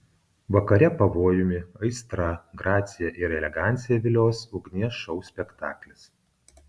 vakare pavojumi aistra gracija ir elegancija vilios ugnies šou spektaklis